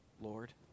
Lord